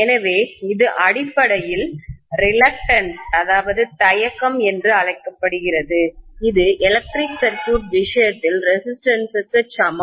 எனவே இது அடிப்படையில் ரிலக்டன்ஸ்தயக்கம் என்று அழைக்கப்படுகிறது இது எலக்ட்ரிக் சர்க்யூட் விஷயத்தில் ரெசிஸ்டன்ஸ் க்கு சமம்